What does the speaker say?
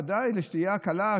בוודאי לשתייה קלה,